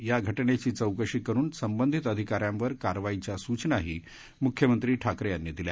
या घटनेची चौकशी करून संबधित अधिकाऱ्यांवर कारवाईच्या सूचनाही मुख्यमंत्री ठाकरे यांनी दिल्या